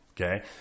okay